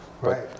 Right